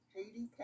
Haiti